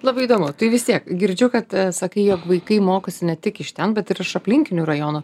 labai įdomu tai vis tiek girdžiu kad sakai jog vaikai mokosi ne tik iš ten bet ir iš aplinkinių rajonų